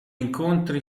incontri